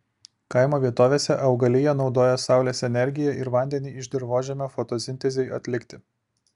kaimo vietovėse augalija naudoja saulės energiją ir vandenį iš dirvožemio fotosintezei atlikti